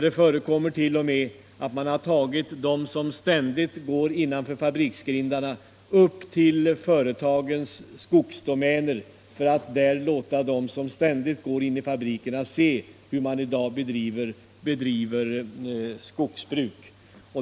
Det har t.o.m. förekommit att de som år ut och år in arbetar innanför fabriksgrindarna har fått åka upp till företagens skogsdomäner för att där se hur ett modernt skogsbruk bedrivs.